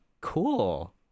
cool